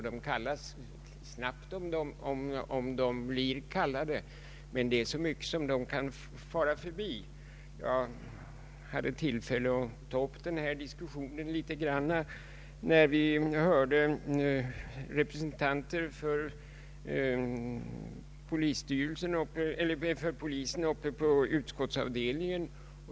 De kommer snabbt, om de blir kallade, men det finns så mycket som de far förbi. Jag hade tillfälle att ta upp den här diskussionen litet grand när vi hörde representanter för polisen inför utskottsavdelningen.